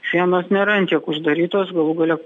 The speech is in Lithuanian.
sienos nėra ant tiek uždarytos galų gale